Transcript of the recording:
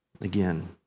again